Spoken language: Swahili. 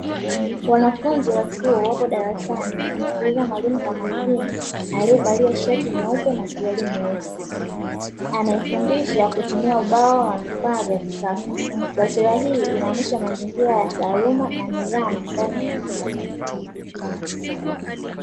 Wanafunzi wa chuo wapo darasani wakimisikiliza mwalimu kwa makini aliyevalia shati nyeupe na suruali nyeusi, anayefundisha kwa kutumia ubao wa vifaa vya kisasa. Taswira hii inaonyesha mazingira ya taaluma na nidhamu ndani ya elimu ya juu.